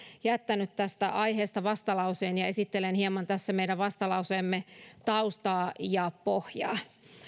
jättänyt tästä aiheesta vastalauseen ja esittelen hieman tässä meidän vastalauseemme taustaa ja pohjaa